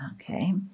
okay